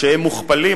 כשהם מוכפלים,